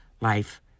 life